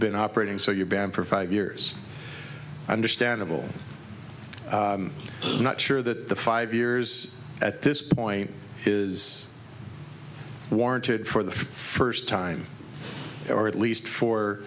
been operating so you're banned for five years understandable not sure that the five years at this point is warranted for the first time or at least for